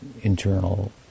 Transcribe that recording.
internal